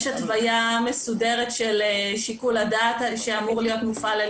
יש התוויה מסודרת של שיקול הדעת שאמור להיות מופעל על